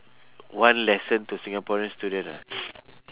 one lesson to singaporean student ah